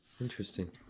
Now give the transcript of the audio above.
interesting